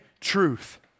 truth